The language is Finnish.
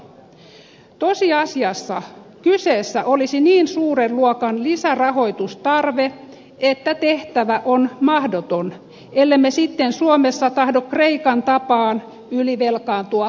tosiasiassa kyseessä olisi niin suuren luokan lisärahoitustarve että tehtävä on mahdoton ellemme sitten suomessa tahdo kreikan tapaan ylivelkaantua holtittomasti